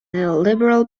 liberal